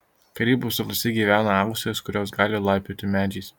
karibų salose gyvena austrės kurios gali laipioti medžiais